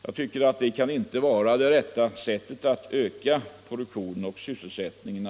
Att föra en sådan politik kan inte vara rätta sättet att öka produktionen och sysselsättningen.